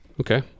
okay